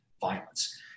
violence